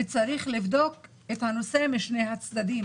וצריך לבדוק את הנושא משני הצדדים: